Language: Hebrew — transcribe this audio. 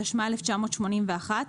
התשמ"א 1981,